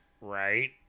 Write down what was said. Right